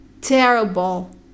terrible